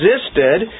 existed